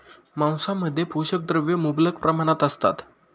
मांसामध्ये पोषक द्रव्ये मुबलक प्रमाणात असतात